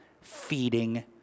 feeding